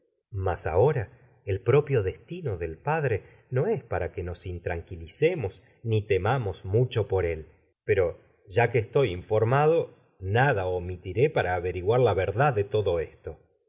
mas ahora el destino del padre para que nos intranquilecemos ni que temamos mucho por para él pero ya estoy informado nada omitiré averiguar la verdad de todo esto